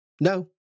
No